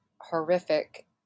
horrific